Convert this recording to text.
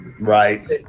Right